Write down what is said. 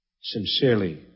sincerely